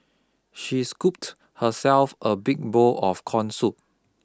she scooped herself a big bowl of corn soup